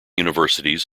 universities